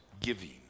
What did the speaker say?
giving